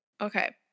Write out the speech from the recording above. Okay